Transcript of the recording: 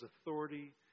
authority